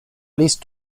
least